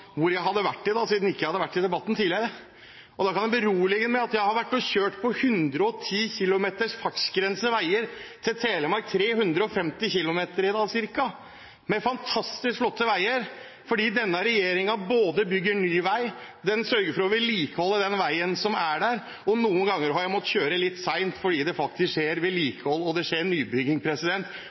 hvor jeg har vært i dag, siden jeg ikke har vært i debatten tidligere. Da kan jeg berolige ham med at jeg har vært og kjørt på veier med fartsgrense på 110 km/t til Telemark – ca. 350 km med fantastisk flotte veier fordi denne regjeringen både bygger ny vei og sørger for å vedlikeholde veien som er der. Noen ganger har jeg måttet kjøre litt sakte fordi det faktisk skjer vedlikehold og nybygging. Det